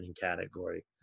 category